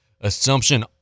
Assumption